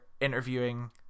interviewing